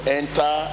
enter